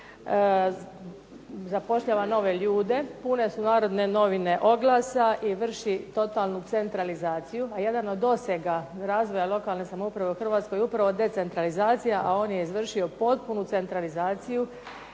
zapošljava nove ljude. Pune su "Narodne novine" oglasa i vrši totalnu centralizaciju, a jedan od dosega razvoja lokalne samouprave u Hrvatskoj je upravo decentralizacija, a on je izvršio potpunu centralizaciju